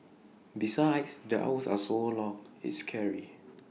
besides the hours are so long it's scary